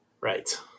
Right